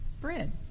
bread